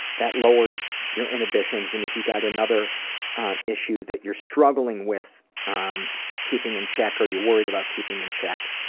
that lowers your inhibitions, and if you've got another issue that you're struggling with um keeping in check, or you're worried about keeping in check.